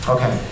Okay